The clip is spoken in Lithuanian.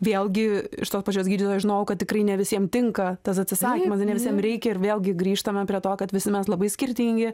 vėlgi iš tos pačios gydytoja žinojau kad tikrai ne visiem tinka tas atsisakymas ne visiem reikia ir vėlgi grįžtame prie to kad visi mes labai skirtingi